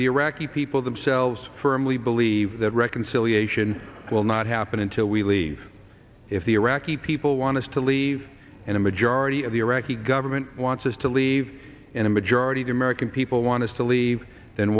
the iraqi people themselves firmly believe that reconciliation will not happen until we leave if the iraqi people want us to leave and a majority of the iraqi government wants us to leave in a majority the american people want us to leave then